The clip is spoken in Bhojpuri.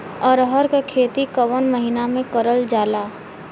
अरहर क खेती कवन महिना मे करल जाला?